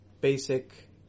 basic